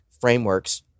frameworks